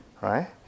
right